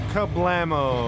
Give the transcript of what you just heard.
Kablamo